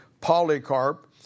Polycarp